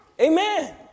Amen